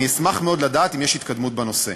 אני אשמח מאוד לדעת אם יש התקדמות בנושא".